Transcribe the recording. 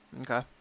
Okay